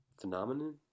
phenomenon